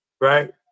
right